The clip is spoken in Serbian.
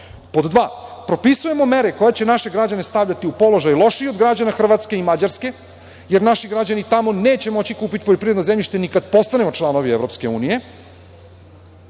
dva, propisujemo mere koje će naše građane stavljati u položaj lošije od građana Hrvatske i Mađarske, jer naši građani tamo neće moći kupiti poljoprivredno zemljište ni kada postanemo članovi EU, a nismo